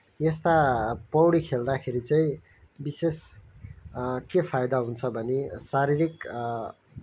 यस्ता पौडी खेल्दाखेरि चाहिँ विशेष के फाइदा हुन्छ भने शारीरिक